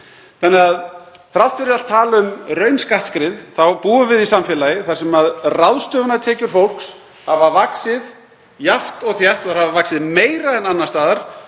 öllum. Þrátt fyrir allt tal um raunskattsskrið þá búum við í samfélagi þar sem ráðstöfunartekjur fólks hafa vaxið jafnt og þétt og þær hafa vaxið meira en annars staðar.